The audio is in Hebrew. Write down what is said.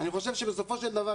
אני חושב שבסופו של דבר,